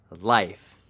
life